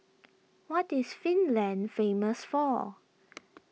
what is Finland famous for